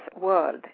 World